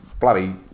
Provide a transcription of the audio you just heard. bloody